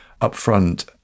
upfront